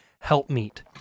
helpmeet